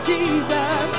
Jesus